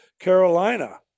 Carolina